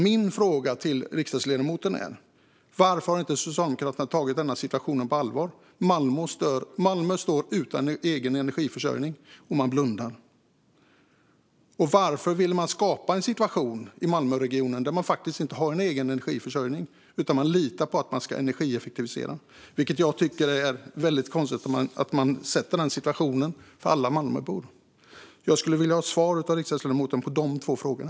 Min fråga till riksdagsledamoten är: Varför har inte Socialdemokraterna tagit denna situation på allvar? Malmö står utan egen energiförsörjning, och man blundar. Varför ville man skapa situationen att Malmöregionen faktiskt inte har en egen energiförsörjning utan där man i stället litar på att man ska energieffektivisera? Jag tycker att det är väldigt konstigt att man skapar den situationen för alla Malmöbor. Jag skulle vilja ha svar från riksdagsledamoten på de två frågorna.